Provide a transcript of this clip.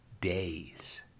days